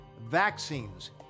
vaccines